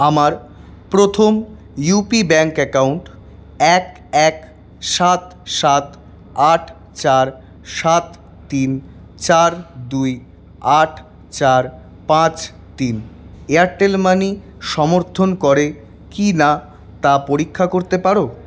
আমার প্রথম UPI bank account এক এক সাত সাত আট চার সাত তিন চার দুই আট চার পাঁচ তিন এয়ারটেল মানি সমর্থন করে কিনা তা পরীক্ষা করতে পারো